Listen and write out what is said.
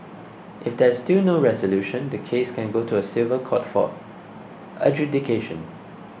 if there is still no resolution the case can go to a civil court for adjudication